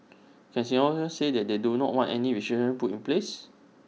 can Singaporeans say that they do not want any restriction put in place